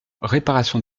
réparation